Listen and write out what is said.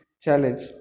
challenge